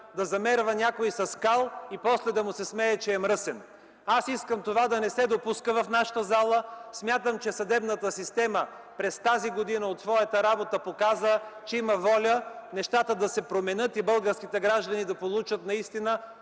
да замерва някой с кал и после да му се смее, че е мръсен. Аз искам това да не се допуска в нашата зала. Смятам, че съдебната система през тази година от своята работа показа, че има воля нещата да се променят и българските граждани да получат наистина